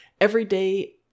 everyday